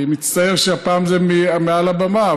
אני מצטער שהפעם זה מעל הבמה,